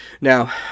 Now